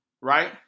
right